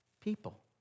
people